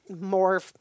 more